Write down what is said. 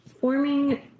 forming